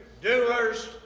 doers